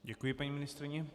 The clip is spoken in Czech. Děkuji paní ministryni.